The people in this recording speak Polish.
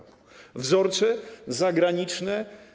Wzorce zagraniczne.